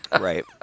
Right